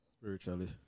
Spiritually